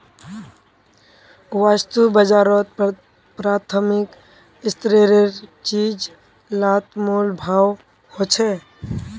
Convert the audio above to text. वास्तु बाजारोत प्राथमिक स्तरेर चीज़ लात मोल भाव होछे